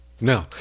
No